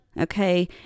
Okay